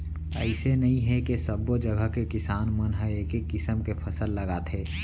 अइसे नइ हे के सब्बो जघा के किसान मन ह एके किसम के फसल लगाथे